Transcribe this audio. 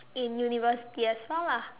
in university as well lah